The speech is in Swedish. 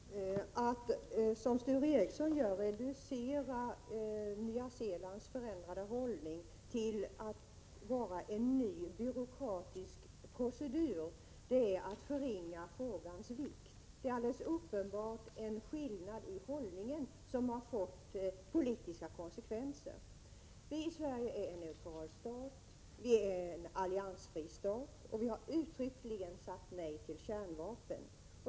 Herr talman! Att som Sture Ericson gör reducera Nya Zeelands förändrade hållning till att vara en ny byråkratisk procedur är att förringa frågans vikt. Det är alldeles uppenbart en skillnad i hållningen som har fått politiska konsekvenser. Sverige är en neutral och alliansfri stat, och vi har uttryckligen sagt nej till kärnvapen.